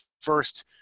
first